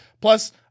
plus